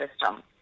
system